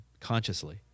consciously